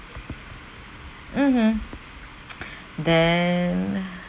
mmhmm then